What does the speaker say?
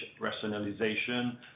rationalization